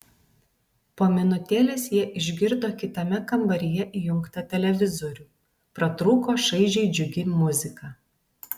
po minutėlės jie išgirdo kitame kambaryje įjungtą televizorių pratrūko šaižiai džiugi muzika